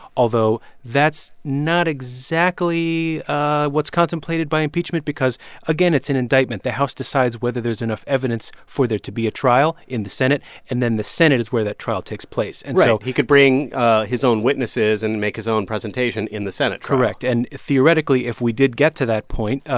although that's not exactly what's contemplated by impeachment because again, it's an indictment. the house decides whether there's enough evidence for there to be a trial in the senate. and then the senate is where that trial takes place. and so. right. he could bring his own witnesses and make his own presentation in the senate correct. and theoretically if we did get to that point,